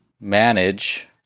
manage